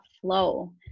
flow